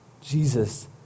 Jesus